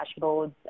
dashboards